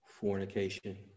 fornication